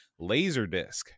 Laserdisc